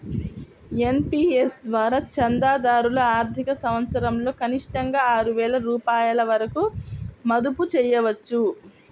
NPS ద్వారా చందాదారులు ఆర్థిక సంవత్సరంలో కనిష్టంగా ఆరు వేల రూపాయల వరకు మదుపు చేయవచ్చు